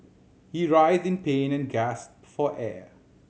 he writhed in pain and gasped for air